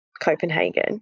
Copenhagen